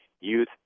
Youth